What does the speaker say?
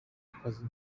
akazi